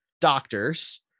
doctors